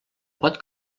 pot